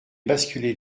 basculer